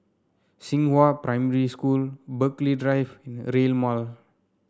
Xinghua Primary School Burghley Drive and Rail Mall